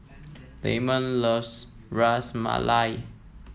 Lamont loves Ras Malai